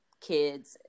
kids